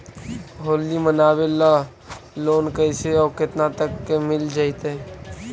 होली मनाबे ल लोन कैसे औ केतना तक के मिल जैतै?